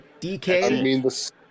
DK